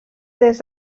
des